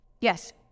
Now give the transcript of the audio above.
Yes